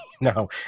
No